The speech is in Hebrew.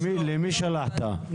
למי שלחתם?